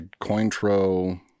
Cointro